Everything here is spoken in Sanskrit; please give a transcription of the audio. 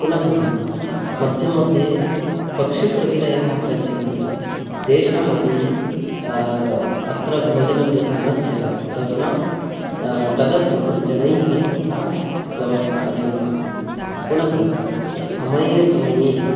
पुनः मध्ये मध्ये पक्षिप्रविधयः आगच्छन्ति तेषामपि अत्र भोजनं यथा न स्यात् तस्मात् तदर्थं जनैः तथा व्यवस्था करणीया पुनः समये समये